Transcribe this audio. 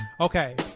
Okay